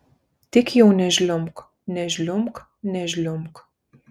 tik jau nežliumbk nežliumbk nežliumbk